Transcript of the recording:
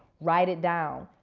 write it down.